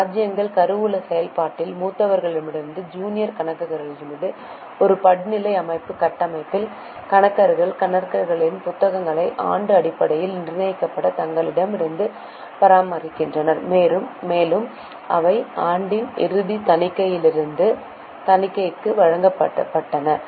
ராஜ்யங்கள் கருவூல செயல்பாட்டில் மூத்தவர்களிடமிருந்து ஜூனியர் கணக்காளர்களின் ஒரு படிநிலை அமைப்பு கட்டமைப்பில் கணக்காளர்கள் கணக்குகளின் புத்தகங்களை ஆண்டு அடிப்படையில் நிர்ணயிக்கப்பட்ட தரங்களின்படி பராமரிக்கின்றனர் மேலும் அவை ஆண்டின் இறுதியில் தணிக்கைக்கு வழங்கப்பட்டன